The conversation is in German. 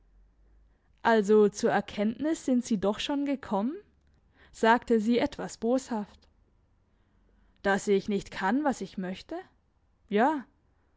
also zur erkenntnis sind sie doch schon gekommen sagte sie etwas boshaft dass ich nicht kann was ich möchte ja